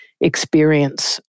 experience